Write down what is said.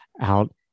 out